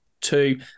two